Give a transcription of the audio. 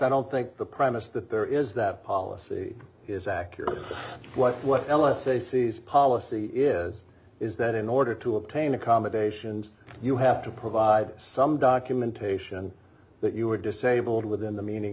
i don't think the promise that there is that policy is accurate what what eles a c s policy is is that in order to obtain accommodations you have to provide some documentation that you are disabled within the meaning